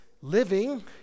living